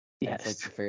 Yes